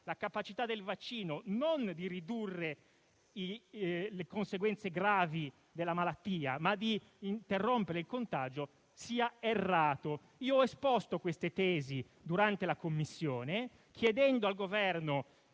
la capacità del vaccino non di ridurre le conseguenze gravi della malattia, ma di interrompere il contagio, sia errato. Ho esposto queste tesi durante la riunione di Commissione, chiedendo al Governo,